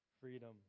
freedom